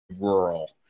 rural